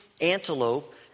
antelope